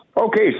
Okay